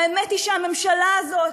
והאמת היא שהממשלה הזאת,